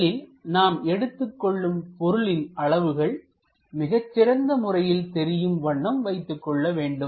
முதலில் நாம் எடுத்துக் கொள்ளும் பொருளின் அளவுகள் மிகச் சிறந்த முறையில் தெரியும் வண்ணம் வைத்துக் கொள்ள வேண்டும்